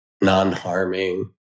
non-harming